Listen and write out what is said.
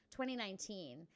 2019